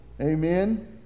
amen